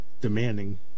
demanding